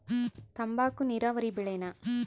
ತಂಬಾಕು ನೇರಾವರಿ ಬೆಳೆನಾ?